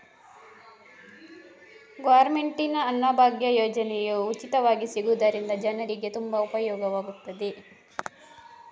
Government ನ ಅನ್ನಭಾಗ್ಯ ಯೋಜನೆಯಿಂದ ಜನರಿಗೆಲ್ಲ ಎಂತ ಉಪಯೋಗ ಇರ್ತದೆ?